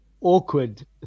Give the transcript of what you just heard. awkward